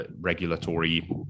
regulatory